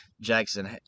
Jackson